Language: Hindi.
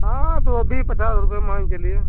हाँ तो अभी पचास रुपये मान कर चलिए